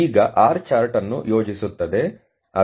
ಆದ್ದರಿಂದ ಈಗ R chart ಅನ್ನು ಯೋಜಿಸುತ್ತದೆ